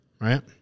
Right